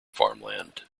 farmland